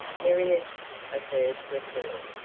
myriads of birds were singing.